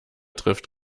trifft